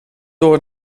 door